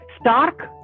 Stark